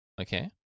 okay